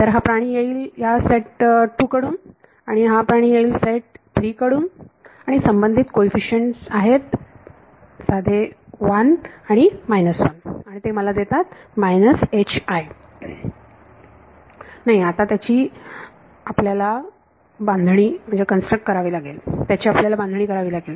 तर हा प्राणी येईल या सेट 2 कडून हा प्राणी येईल सेट 3 कडून आणि संबंधित कोईफिशंट आहेत साधे 1 आणि 1 आणि ते मला देतात नाही आता त्याची आपल्याला बांधणी करावी लागेल त्याची आपल्याला बांधणी करावी लागेल